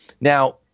Now